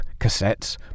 cassettes